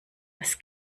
was